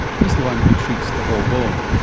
he's the one who treats the whole bone.